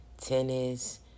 tennis